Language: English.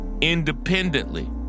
independently